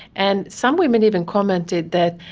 and some women even commented that,